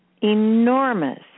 enormous